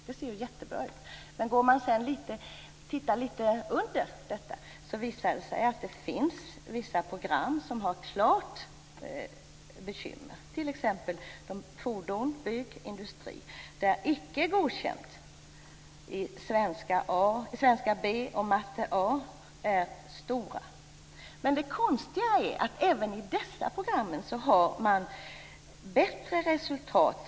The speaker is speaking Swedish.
Detta ser jättebra ut, men om man tittar litet närmare på detta visar det sig att vissa program har klara bekymmer, t.ex. Fordon, Bygg och Industri, där Icke godkänd är vanligt i svenska B och matematik A. Det konstiga är dock att man även i dessa program har bättre resultat.